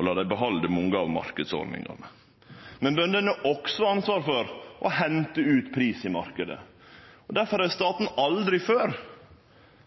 å la dei behalde mange av marknadsordningane. Bøndene har òg ansvar for å hente ut pris i marknaden, og difor har staten aldri før